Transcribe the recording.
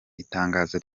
itangazo